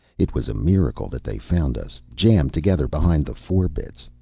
it was a miracle that they found us, jammed together behind the forebitts.